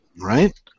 Right